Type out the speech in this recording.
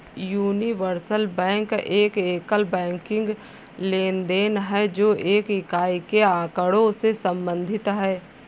universal bank एक एकल banking लेनदेन है, जो एक इकाई के आँकड़ों से संबंधित है